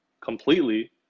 completely